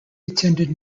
attended